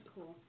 cool